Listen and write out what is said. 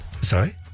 Sorry